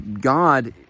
God